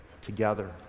together